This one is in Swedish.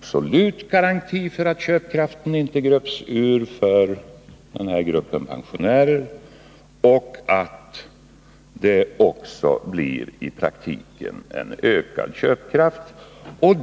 absolut garanti för att köpkraften inte gröps ur för den här gruppen pensionärer och för att det i praktiken också blir en ökad köpkraft.